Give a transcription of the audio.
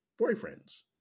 boyfriends